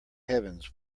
heavens